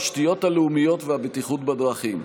התשתיות הלאומיות והבטיחות בדרכים.